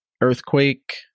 earthquake